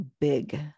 big